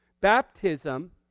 Baptism